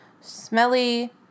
smelly